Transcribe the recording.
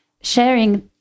sharing